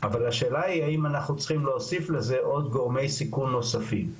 והשאלה היא האם אנחנו צריכים להוסיף לזה עוד גורמי סיכון נוספים,